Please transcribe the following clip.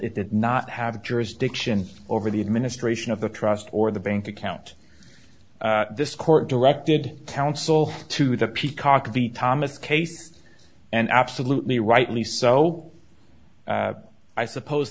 it did not have jurisdiction over the administration of the trust or the bank account this court directed counsel to the peacock of the thomas case and absolutely rightly so i suppose